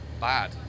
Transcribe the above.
bad